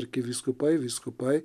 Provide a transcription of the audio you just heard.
arkivyskupai vyskupai